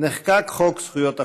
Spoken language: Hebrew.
נחקק חוק זכויות החולה.